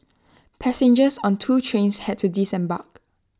passengers on two trains had to disembark